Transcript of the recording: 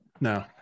no